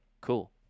cool